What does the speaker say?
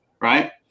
right